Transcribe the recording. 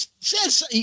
says